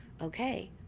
okay